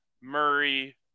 Murray